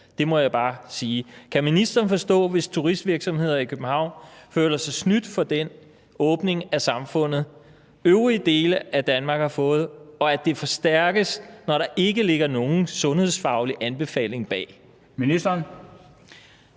det må jeg bare sige. Kan ministeren forstå, hvis turistvirksomheder i København føler sig snydt for den åbning af samfundet, som øvrige dele af Danmark har fået, og at det forstærkes, når der ikke ligger nogen sundhedsfaglig anbefaling bag? Kl.